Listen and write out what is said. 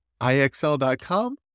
IXL.com